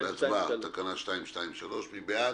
להצבעה את תקנה 223. מי בעד?